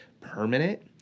permanent